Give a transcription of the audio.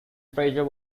fraser